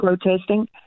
protesting